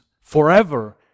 forever